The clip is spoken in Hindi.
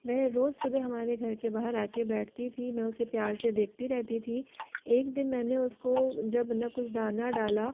वह रोज़ सुबह हमारे घर के बाहर आके बैठती थी मैं उसे प्यार से देखती रहती थी एक दिन मैंने उसको जब न कुछ दाना डाला